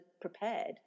prepared